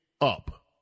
up